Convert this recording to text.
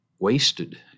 wasted